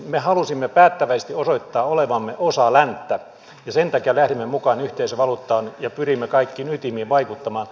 me halusimme päättäväisesti osoittaa olevamme osa länttä ja sen takia lähdimme mukaan yhteisvaluuttaan ja pyrimme kaikkiin ytimiin vaikuttamaan